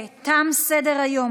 תם סדר-היום.